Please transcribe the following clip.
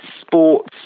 Sports